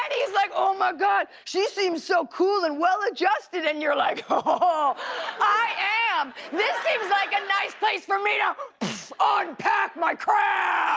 he's like, omigod, she seems so cool and well adjusted! and i'm, like, ah i am, this seems like a nice place for me to um ah unpack my crap!